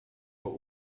war